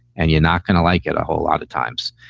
and you're not going to like it a whole lot of times.